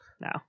No